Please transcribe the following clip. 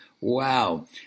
Wow